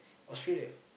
Australia